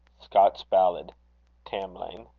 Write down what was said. scotch ballad tamlane.